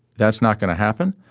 that's not going to happen.